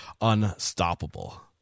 unstoppable